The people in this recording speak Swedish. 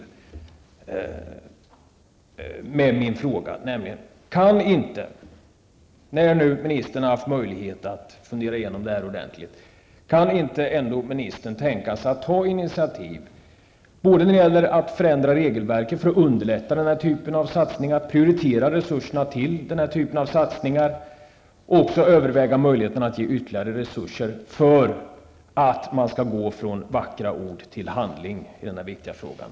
Jag ställer alltså samma fråga igen: Kan inte ministern, när han har haft möjlighet att ordentligt fundera över det här, tänka sig att ta initiativ till att förändra regelverket, för att underlätta arbetet med den här typen av satsningar, prioritera resurserna till dessa satsningar och överväga möjligheterna till ytterligare resurser? Det gäller ju att kunna gå från vackra ord till handling i den här viktiga frågan.